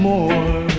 More